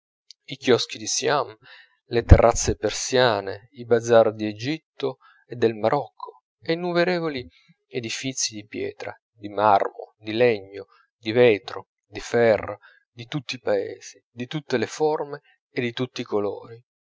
i chioschi di siam le terrazze persiane i bazar di egitto e del marocco e innumerevoli edifizi di pietra di marmo di legno di vetro di ferro di tutti i paesi di tutte le forme e di tutti i colori